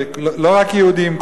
לא רק יהודים,